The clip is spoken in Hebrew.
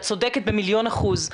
ואת צודקת במיליון אחוז,